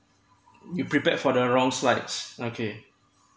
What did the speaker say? you prepared for the wrong slides okay